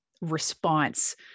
response